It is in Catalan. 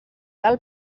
del